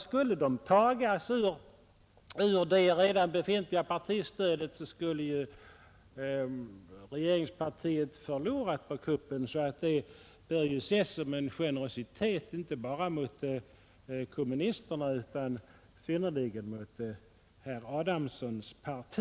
Skulle grundbidraget tas ur det redan befintliga partistödet, skulle ju regeringspartiet förlora på kuppen, så förslaget bör ses som en generositet inte bara mot kommunisterna utan i synnerhet mot herr Adamssons parti.